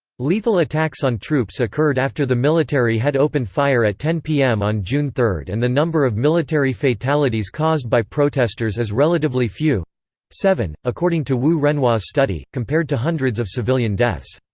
lethal attacks on troops occurred after the military had opened fire at ten pm on june three and the number of military fatalities caused by protesters is relatively few seven, according to wu renhua's study, compared to hundreds of civilian deaths.